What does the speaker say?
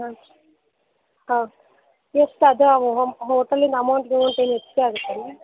ಹಾಂ ಹಾಂ ಎಷ್ಟು ಅದಾವೆ ಹೋಮ್ ಹೋಟಲಿಂದು ಅಮೌಂಟ್ ಗಿಮೌಂಟ್ ಏನು ಹೆಚ್ಗೆ ಆಗತ್ತೆ ಏನು ರೀ